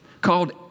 called